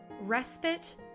Respite